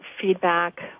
feedback